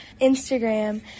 Instagram